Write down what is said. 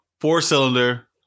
four-cylinder